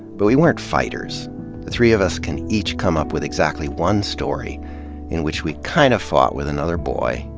but we weren't fighters. the three of us can each come up with exactly one story in which we kind of fought with another boy,